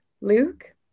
Luke